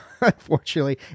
unfortunately